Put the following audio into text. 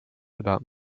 about